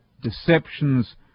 deceptions